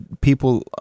people